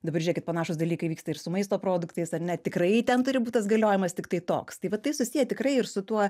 dabar žiūrėkit panašūs dalykai vyksta ir su maisto produktais ar ne tikrai ten turi būt tas galiojimas tiktai toks tai vat tai susiję tikrai ir su tuo